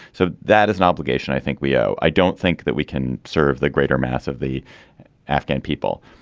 so that is an obligation i think we owe. i don't think that we can serve the greater mass of the afghan people.